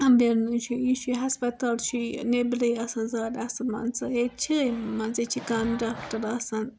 کامدیٖنو یہِ چھُ یہِ چھُ ہَسپَتال چھُے نیٚبرٕے آسان زیادٕ اَصٕل مان ژٕ ییٚتہِ چھِ مان ژٕ ییٚتہِ چھِ کَم ڈاکٹَر آسان